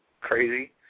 crazy